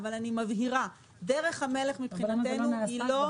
אבל אני מבהירה: דרך המלך מבחינתנו היא לא